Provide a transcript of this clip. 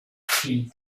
tea